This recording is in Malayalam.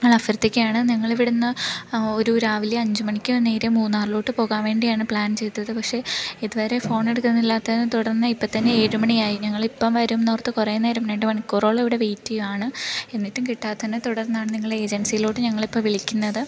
ഞാൻ അഭ്യർത്ഥിക്കയാണ് നിങ്ങൾ ഇവിടുന്ന് ഒരു രാവിലെ അഞ്ച് മണിക്ക് നേരെ മൂന്നാറിലോട്ട് പോകാന് വേണ്ടിയാണ് പ്ലാൻ ചെയ്തത് പക്ഷേ ഇതുവരെ ഫോൺ എടുക്കുന്നില്ലാത്തതിനെ തുടർന്ന് ഇപ്പത്തന്നെ ഏഴ് മണിയായി ഞങ്ങൾ ഇപ്പം വരുംന്നോർത്ത് കുറെ നേരം രണ്ട് മണിക്കൂറോളം ഇവിടെ വെയിറ്റ് ചെയ്യുവാണ് എന്നിട്ടും കിട്ടാത്തതിനെ തുടർന്നാണ് നിങ്ങൾ ഏജൻസിയിലോട്ട് ഞങ്ങളിപ്പോൾ വിളിക്കുന്നത്